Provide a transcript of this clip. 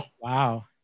Wow